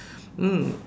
mm